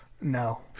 no